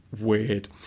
weird